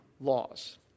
laws